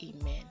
amen